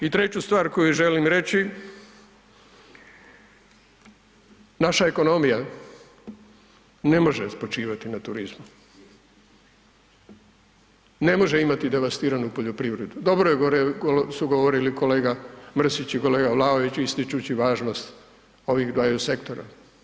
I treću stvar koju želim reći, naša ekonomija ne može spočivati na turizmu, ne može imati devastiranu poljoprivredu, dobro su govorili kolega Mrsić i kolega Vlaović ističući važnost ovih dvaju sektora.